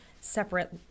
separate